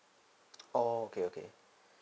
oh okay okay